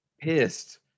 pissed